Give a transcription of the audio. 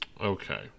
Okay